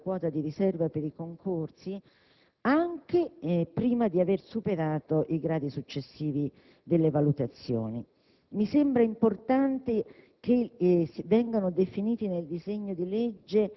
nella collegialità, nel coinvolgimento con gli altri magistrati che hanno un'altra esperienza, perché sono già introdotti nella professione prima di loro;